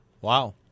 Wow